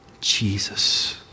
Jesus